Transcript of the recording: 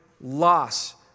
loss